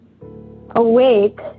awake